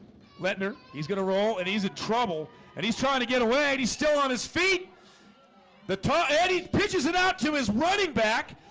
let nur he's gonna roll and he's in trouble and he's trying to get away. he's still on his feet the time eddie pitches it out to his running back